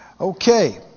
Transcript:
okay